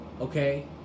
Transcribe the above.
okay